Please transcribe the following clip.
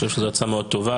אני חושב שזו הצעה מאוד טובה.